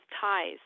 ties